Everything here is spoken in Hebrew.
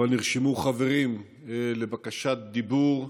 אבל נרשמו חברים לבקשת דיבור.